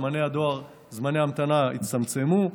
זמני ההמתנה הצטמצמו.